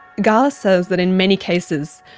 gala says that in many cases,